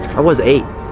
i was eight,